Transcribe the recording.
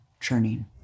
churning